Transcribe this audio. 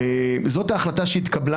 זאת ההחלטה שהתקבלה.